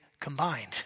combined